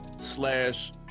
slash